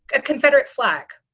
a confederate flag.